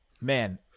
man